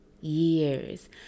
Years